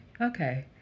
Okay